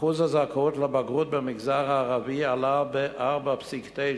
אחוז הזכאות לבגרות במגזר הערבי עלה ב-4.9%